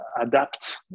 adapt